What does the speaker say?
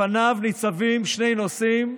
לפניו ניצבים שני נושאים: